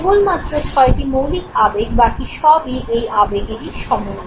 কেবল মাত্র ছয়টি মৌলিক আবেগ বাকি সবই এই আবেগের সমন্বয়